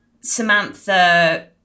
Samantha